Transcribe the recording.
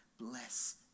bless